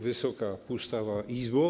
Wysoka Pustawa Izbo!